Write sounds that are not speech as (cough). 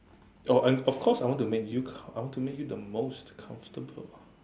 oh and of course I want to make you I want to make you the most comfortable (breath)